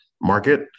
market